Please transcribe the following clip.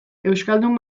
euskaldun